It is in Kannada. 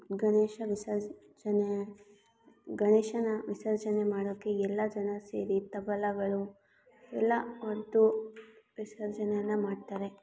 ಗಣೇಶ ವಿಸರ್ಜನೆ ಗಣೇಶನ ವಿಸರ್ಜನೆ ಮಾಡೋಕ್ಕೆ ಎಲ್ಲ ಜನ ಸೇರಿ ತಬಲಗಳು ಎಲ್ಲ ಒಟ್ಟು ವಿಸರ್ಜನೆಯನ್ನು ಮಾಡ್ತಾರೆ